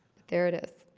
there it is.